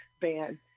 ban